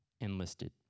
Enlisted